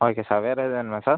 okay sir வேறு எதுவும் வேணுமா சார்